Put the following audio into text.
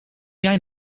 jij